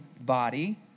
body